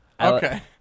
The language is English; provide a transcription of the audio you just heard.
Okay